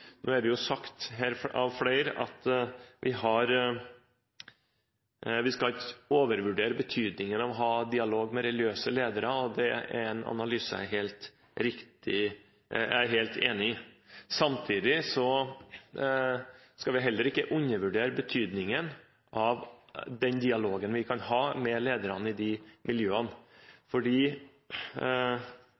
Nå er det jo sagt her av flere at vi ikke skal overvurdere betydningen av å ha dialog med religiøse ledere. Det er en analyse jeg er helt enig i. Samtidig skal vi ikke undervurdere betydningen av den dialogen vi kan ha med lederne i de miljøene,